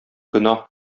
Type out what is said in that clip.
гөнаһ